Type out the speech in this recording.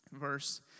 verse